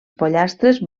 pollastres